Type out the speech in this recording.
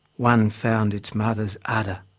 one found its mother's udder.